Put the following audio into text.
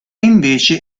invece